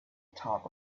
top